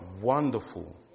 wonderful